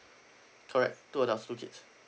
correct two adults two kids